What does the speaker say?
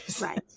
Right